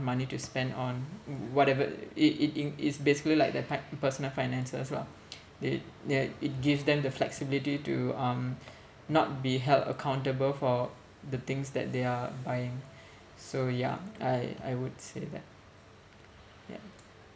money to spend on whatever it it it it's basically like they're tied personal finances lah they they it give them the flexibility to um not be held accountable for the things that they are buying so ya I I would say that ya